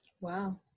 Wow